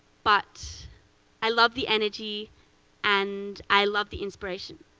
but i love the energy and i love the inspiration.